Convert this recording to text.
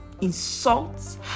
insults